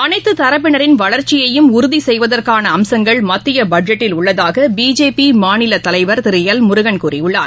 அனைத்துதரப்பினரின் வளர்ச்சியையும் உறுதிசெய்வதற்கானஅம்சங்கள் மத்தியபட்ஜெட்டில் உள்ளதாகபிஜேபிமாநிலதலைவர் திருஎல்முருகன் கூறியுள்ளார்